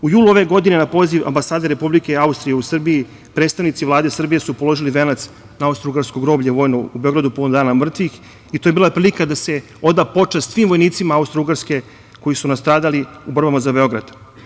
U julu ove godine na poziv Ambasade Republike Austrije, u Srbiji, predstavnici Vlade Srbije su položili venac na austrougarsko groblje vojno povodom dana mrtvih i to je bila prilika da se oda počast svim vojnicima Austrougarske koji su nastradali u borbama za Beograd.